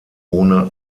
ohne